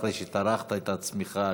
שאחרי שהטרחת את עצמך,